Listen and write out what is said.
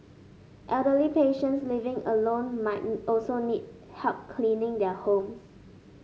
elderly patients living alone might also need help cleaning their homes